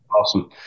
awesome